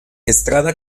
estrada